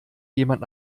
jemand